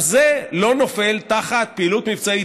זה לא נופל תחת פעילות מבצעית,